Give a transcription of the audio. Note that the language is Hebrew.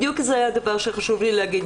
בדיוק זה הדבר שחשוב לי להגיד.